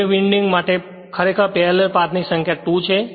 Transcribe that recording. wave winding માટે ખરેખર parallel path ની સંખ્યા 2 છે